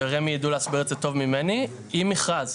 ורמ"י יידעו להסביר את זה טוב ממני, עם מכרז.